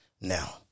Now